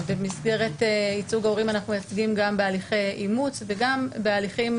במסגרת ייצוג הורים אנחנו מייצגים בהליכי אימוץ וגם בהליכים